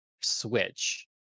switch